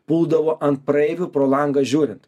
puldavo ant praeivių pro langą žiūrint